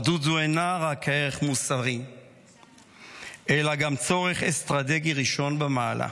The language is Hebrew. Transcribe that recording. אחדות זו אינה רק ערך מוסרי אלא גם צורך אסטרטגי ראשון במעלה.